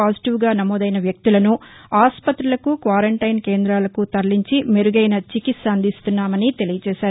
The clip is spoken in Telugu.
పాజిటీవ్గా నమోదైన వ్యక్తులను ఆస్పతులకు క్వారంబైన్ కేందాలకు తరలించి మెరుగైన చికిత్స అందిస్తున్నామని తెలిపారు